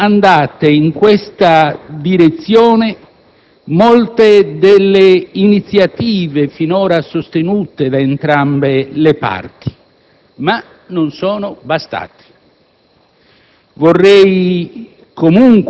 Certamente sono andate in questa direzione molte delle iniziative finora sostenute da entrambe le parti, ma non sono bastate.